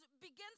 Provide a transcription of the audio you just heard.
begins